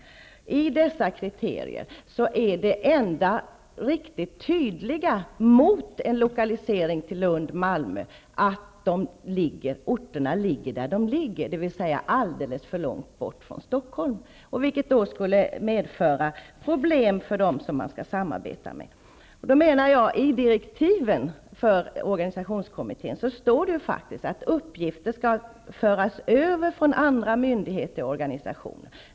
När det gäller dessa kriterier är det enda som riktigt tydligt talar mot en lokalisering till Lund och Malmö att orterna ligger där de ligger, dvs. alldeles för långt bort från Stockholm, vilket då skulle medföra problem för dem som man skall samarbeta med. I direktiven för organisationskommittén står det faktiskt att uppgifter skall föras över från andra myndigheter och organisationer.